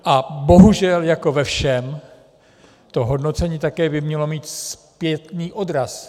A bohužel jako ve všem to hodnocení také by mělo mít zpětný odraz.